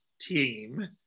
team